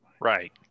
Right